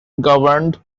governed